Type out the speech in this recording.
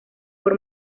por